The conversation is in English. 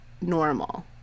Normal